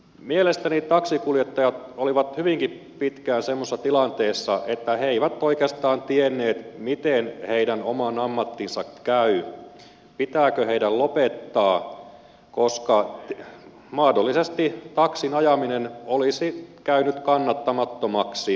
mielestäni taksinkuljettajat olivat hyvinkin pitkään semmoisessa tilanteessa että he eivät oikeastaan tienneet miten heidän oman ammattinsa käy pitääkö heidän lopettaa koska mahdollisesti taksin ajaminen olisi käynyt kannattamattomaksi